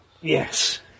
Yes